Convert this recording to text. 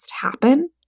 happen